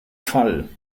fall